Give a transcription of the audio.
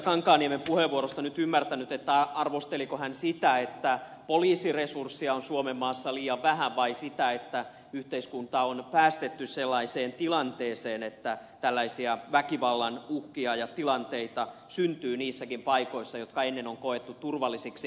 kankaanniemen puheenvuorosta nyt ymmärtänyt arvosteliko hän sitä että poliisiresursseja on suomessa liian vähän vai sitä että yhteiskunta on päästetty sellaiseen tilanteeseen että tällaisia väkivallan uhkia ja tilanteita syntyy niissäkin paikoissa jotka ennen on koettu turvallisiksi